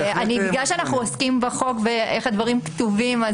אני שואלת בגלל שאנחנו עוסקים בחוק ואיך הדברים כתובים.